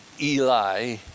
Eli